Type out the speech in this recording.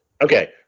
Okay